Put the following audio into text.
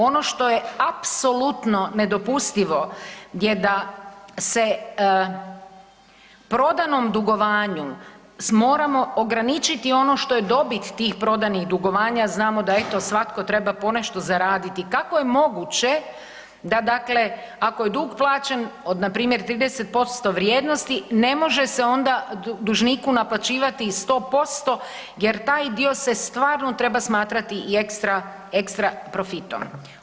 Ono što je apsolutno nedopustivo je da se prodanom dugovanju moramo ograničiti ono što je dobit tih prodanih dugovanja, znamo da eto, svatko treba ponešto zaraditi, kako je moguće da dakle ako je dug plaćen od npr. 30% vrijednosti, ne može se onda dužniku naplaćivati i 100% jer taj dio se stvarno smatrati i ekstra profitom.